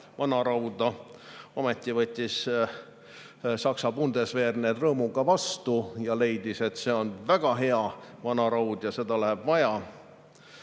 vanarauda. Ometi võttis Saksa bundesveer need rõõmuga vastu ja leidis, et see on väga hea vanaraud ja seda läheb vaja.